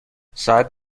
ساعت